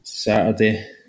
Saturday